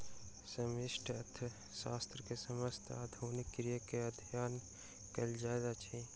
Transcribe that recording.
समष्टि अर्थशास्त्र मे समस्त आर्थिक क्रिया के अध्ययन कयल जाइत अछि